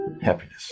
Happiness